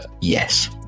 Yes